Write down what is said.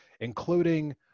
including